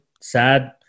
sad